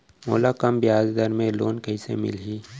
मोला कम ब्याजदर में लोन कइसे मिलही?